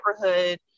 neighborhood